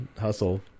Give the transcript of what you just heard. hustle